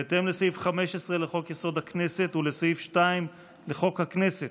בהתאם לסעיף 15 לחוק-יסוד: הכנסת ולסעיף 2 לחוק הכנסת,